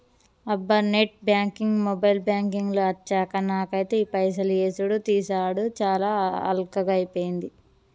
అబ్బా net banking mobile banking లు అచ్చాక నాకైతే ఈ పైసలు యేసుడు తీసాడు చాలా అల్కగైపోయింది